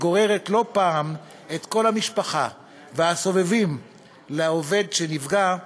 הגוררת לא פעם את כל המשפחה והסובבים את העובד שנפגע לסחרור,